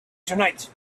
tonight